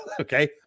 Okay